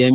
M